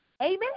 Amen